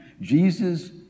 Jesus